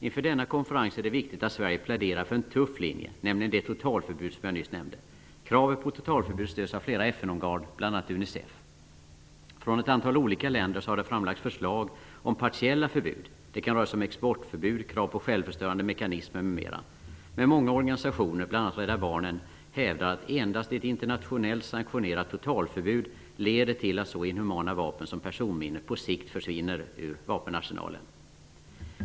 Inför denna konferens är det viktigt att Sverige pläderar för en tuff linje, nämligen det totalförbud som jag nyss nämnde. Kravet på totalförbud stöds av flera FN-organ, bl.a. Unicef. Från ett antal olika länder har det framlagts förslag om partiella förbud -- det kan röra sig om exportförbud, krav på självförstörande mekanismer m.m. Men många organisationer -- bl.a. Rädda barnen -- hävdar att endast ett internationellt sanktionerat totalförbud leder till att så inhumana vapen som personminor på sikt försvinner ur vapenarsenalen.